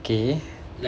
okay